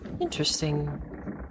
interesting